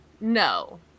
No